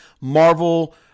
Marvel